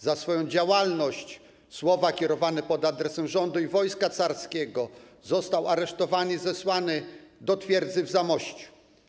Za swoją działalność, słowa kierowane pod adresem rządu i wojska carskiego został aresztowany i zesłany do twierdzy w Zamościu.